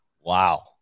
Wow